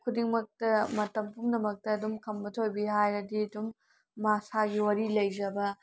ꯈꯨꯗꯤꯡꯃꯛꯇ ꯃꯇꯝ ꯄꯨꯝꯅꯃꯛꯇ ꯑꯗꯨꯝ ꯈꯝꯕ ꯊꯣꯏꯕꯤ ꯍꯥꯏꯔꯗꯤ ꯑꯗꯨꯝ ꯃꯁꯥꯒꯤ ꯋꯥꯔꯤ ꯂꯩꯖꯕ